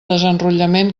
desenrotllament